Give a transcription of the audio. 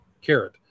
carrot